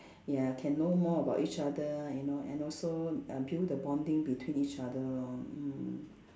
ya can know more about each other you know and also uh build the bonding between each other lor mm